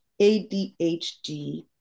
ADHD